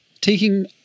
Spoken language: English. taking